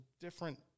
different